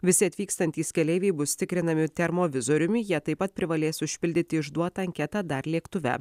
visi atvykstantys keleiviai bus tikrinami termovizoriumi jie taip pat privalės užpildyti išduotą anketą dar lėktuve